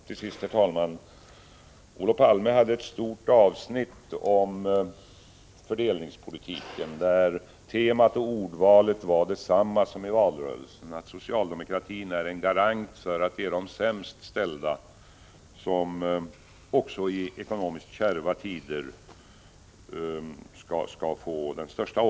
Till sist, herr talman: Olof Palme hade i sitt tal ett stort avsnitt om fördelningspolitiken, där temat och ordvalet var detsamma som i valrörelsen, nämligen att socialdemokratin är en garant för omtanken om de sämst ställda också i ekonomiskt kärva tider.